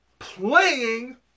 playing